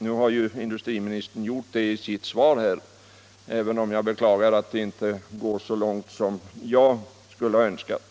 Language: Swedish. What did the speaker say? Nu har visserligen industriministern nämnt detta i sitt svar här, även om jag beklagar att han inte gått så långt som jag skulle ha önskat.